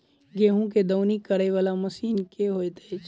गेंहूँ केँ दौनी करै वला मशीन केँ होइत अछि?